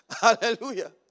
Hallelujah